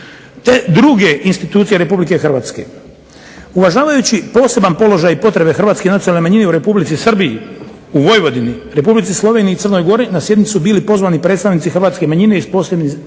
te druge institucije RH. Uvažavajući poseban položaj i potrebe hrvatske nacionalne manjine u Republici Srbiji, u Vojvodini, Republici Sloveniji i Crnoj Gori na sjednicu su bili pozvani i predstavnici hrvatske manjine iz spomenutih